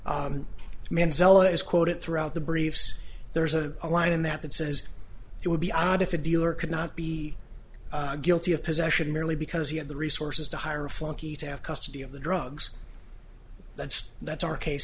s manzella is quoted throughout the briefs there's a line in that that says it would be odd if a dealer could not be guilty of possession merely because he had the resources to hire a flunky to have custody of the drugs that's that's our case